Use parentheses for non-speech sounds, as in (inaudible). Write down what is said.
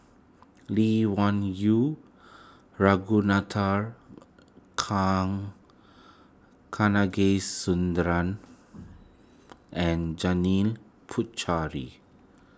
Lee Wung Yew Ragunathar (unintelligible) Kanagasuntheram and Janil Puthucheary